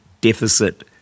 deficit